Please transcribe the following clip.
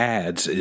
ads